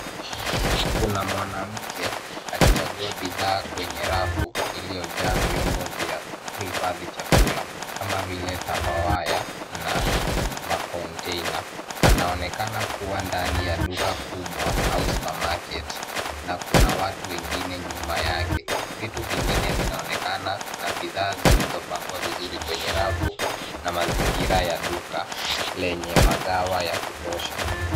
Kuna mwanamke akichagua bidhaa kwenye rafu, iliyojaa vyombo vya kuhifadhi chakula, kama vile tapawaya na makontena. Anaonekana kuwa ndani ya duka kubwa au supermarket , na kuna watu wengine nyuma yake. Vitu vingine vinaonekana na bidhaa zilizopangwa vizuri kwenye rafu, na mazingira ya duka lenye magawa ya kutosha.